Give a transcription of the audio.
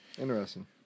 Interesting